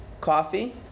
coffee